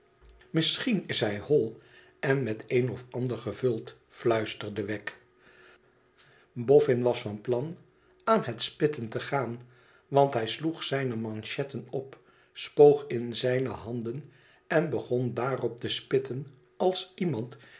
misschien is hij hol en met het een of ander gevuld fluisterde wegg boffin was van plan aan het spitten te gaan want hij sloeg zijne manchetten op spoog in zijne handen en begon daarop te spitten als iemand